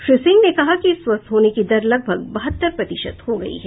श्री सिह ने कहा कि स्वस्थ होने की दर लगभग बहत्तर प्रतिशत हो गयी है